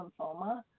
lymphoma